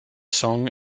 song